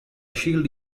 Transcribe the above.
shield